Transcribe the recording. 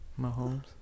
Mahomes